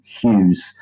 Hughes